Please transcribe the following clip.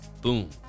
Boom